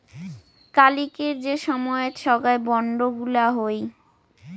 কালিকের যে সময়ত সোগায় বন্ড গুলা হই